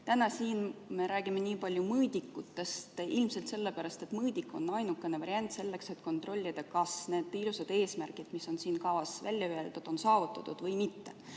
Täna me räägime siin nii palju mõõdikutest, ilmselt sellepärast, et mõõdik on ainukene variant selleks, et kontrollida, kas need ilusad eesmärgid, mis on kavas välja öeldud, on saavutatud või mitte.